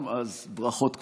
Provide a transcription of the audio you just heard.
אז ברכות כפולות.